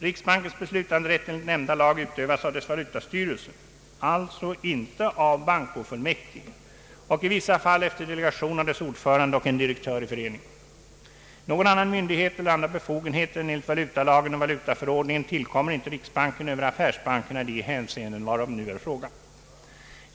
Riksbankens beslutanderätt enligt nämnda lag utövas av dess valutastyrelse, alltså inte av bankofullmäktige, och i vissa fall efter delegation av dess ordförande och en direktör i förening. Någon annan myndighet eller andra befogenheter än enligt valutalagen och valutaförordningen tillkommer inte riksbanken över affärsbankerna i de hänseenden varom nu är fråga.